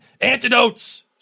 Antidotes